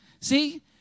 See